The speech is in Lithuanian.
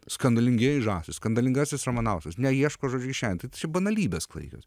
skandalingieji žas skandalingasis ramanauskas neieško žodžio kišenėj tai banalybės klaikios